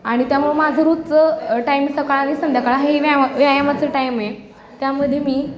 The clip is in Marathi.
आणि त्यामुळं माझं रोजचं टाईम सकाळ आणि संध्याकाळ आहे ही व्यायाम व्यायामाचं टाईम आहे त्यामध्ये मी